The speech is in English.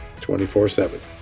24-7